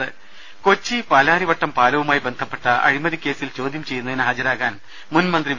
ദേഴ കൊച്ചി പാലാരിവട്ടം പാലവുമായി ബന്ധപ്പെട്ട അഴിമതി കേസിൽ ചോദ്യം ചെയ്യുന്നതിന് ഹാജരാകാൻ മുൻ മന്ത്രി വി